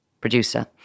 producer